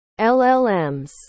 LLMs